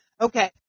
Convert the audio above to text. Okay